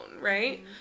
right